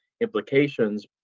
implications